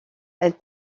elle